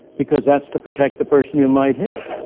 because that's to protect the person you might hit.